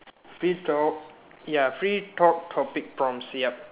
free talk ya free talk topic prompts yup